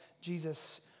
Jesus